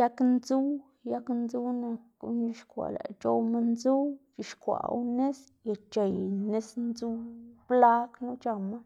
Yag ndzuw yag ndzuw nak guꞌn c̲h̲ixkwaꞌ guꞌn lëꞌkga c̲h̲owma ndzuw c̲h̲ixwaꞌwu nis y c̲h̲ey nis ndzuw blag knu c̲h̲ama.